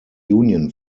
union